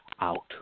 Out